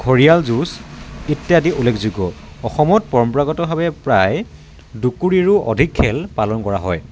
ঘঁৰিয়াল যুঁজ ইত্যাদি উল্লেখযোগ্য অসমত পৰম্পৰাগতভাৱে প্ৰায় দুকুৰিৰো অধিক খেল পালন কৰা হয়